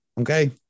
Okay